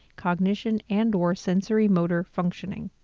cognition and or sensory motor functioning.